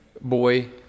Boy